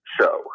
show